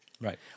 right